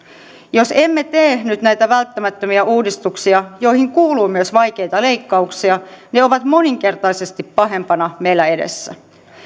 jos emme tee nyt näitä välttämättömiä uudistuksia joihin kuuluu myös vaikeita leikkauksia ne ovat moninkertaisesti pahempina meillä edessä